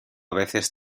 veces